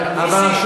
זאב.